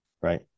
right